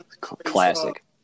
Classic